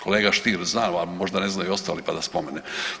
Kolega Stier zna, ali možda ne znaju ostali, pa da spomenem.